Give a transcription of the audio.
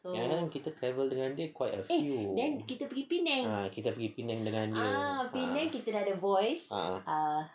kan kita travel dengan dia eh quite a few ah kita pergi penang dengan dia ah